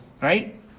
right